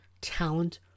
talent